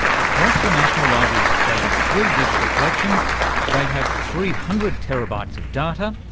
across the national library of australia's three digital collections they have three hundred terabytes of data,